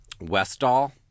Westall